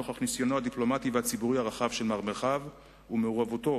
נוכח ניסיונו הדיפלומטי והציבורי הרחב של מר מרחב ומעורבותו